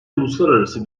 uluslararası